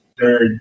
third